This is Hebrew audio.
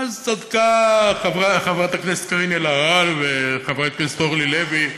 צדקו חברת הכנסת קארין אלהרר וחברת הכנסת אורלי לוי,